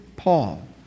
Paul